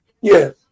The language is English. Yes